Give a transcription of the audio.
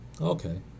Okay